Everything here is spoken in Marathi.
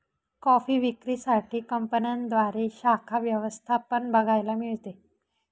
कॉफी विक्री साठी कंपन्यांद्वारे शाखा व्यवस्था पण बघायला मिळते